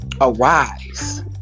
Arise